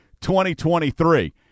2023